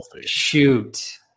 Shoot